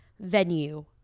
venue